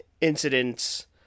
incidents